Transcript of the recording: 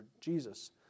Jesus